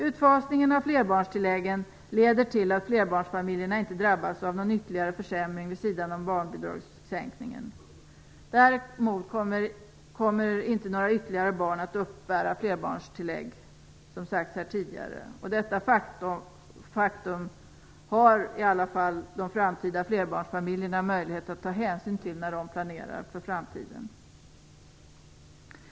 Utfasningen av flerbarnstilläggen leder till att flerbarnsfamiljerna inte drabbas av någon ytterligare försämring vid sidan av barnbidragssänkningen. Däremot kommer inte några ytterligare barn att uppbära flerbarnstillägg, som sagts här tidigare. Detta faktum har i alla fall de framtida flerbarnsfamiljerna möjlighet att ta hänsyn till när de planerar för framtiden.